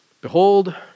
Behold